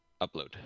Upload